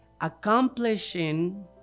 accomplishing